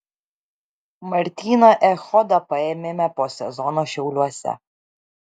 martyną echodą paėmėme po sezono šiauliuose